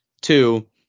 Two